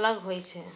अलग होइ छै